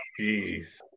Jeez